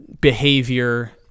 behavior